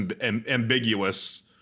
ambiguous